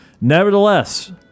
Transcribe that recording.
Nevertheless